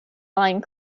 line